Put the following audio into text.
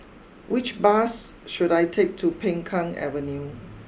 which bus should I take to Peng Kang Avenue